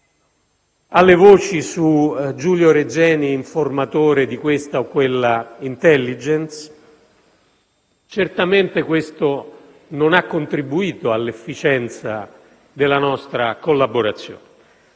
alle voci su Giulio Regeni informatore di questa o quella *intelligence*. Certamente questo non ha contribuito all'efficienza della nostra collaborazione.